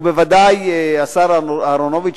וודאי השר אהרונוביץ,